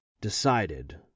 decided